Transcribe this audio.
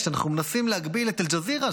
כשאנחנו מנסים להגביל את אל-ג'זירה,